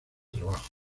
trabajo